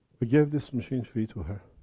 we gave this machine free to her.